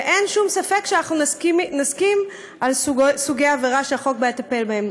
ואין שום ספק שאנחנו נסכים על סוגי העבירה שהחוק יטפל בהם,